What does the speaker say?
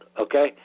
Okay